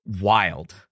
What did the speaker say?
wild